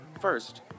First